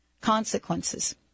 consequences